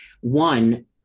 one